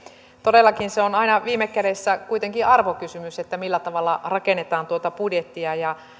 todellakin se on aina viime kädessä kuitenkin arvokysymys millä tavalla rakennetaan tuota budjettia ja